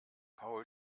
paul